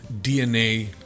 DNA